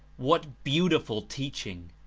what beautiful teaching!